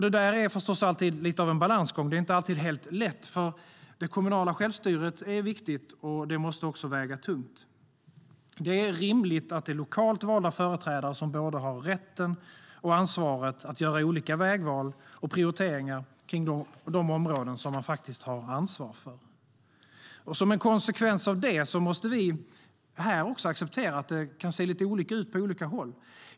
Det där är förstås alltid en balansgång. Det är inte alltid helt lätt, eftersom det kommunala självstyret är viktigt och måste väga tungt. Det är rimligt att lokalt valda företrädare har både rätten och ansvaret att göra olika vägval och prioriteringar på de områden som de har ansvar för. Som en konsekvens av det måste vi här också acceptera att det kan se lite olika ut på olika håll.